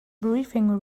briefing